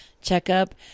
checkup